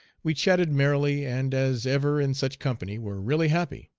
we chatted merrily, and as ever in such company were really happy.